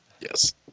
Yes